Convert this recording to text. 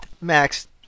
Max